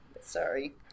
Sorry